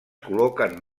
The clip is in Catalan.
col·loquen